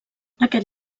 aquest